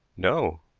no.